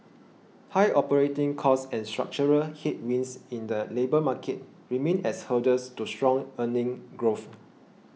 high operating costs and structural headwinds in the labour market remain as hurdles to strong earnings growth